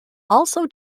also